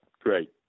Great